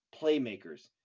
playmakers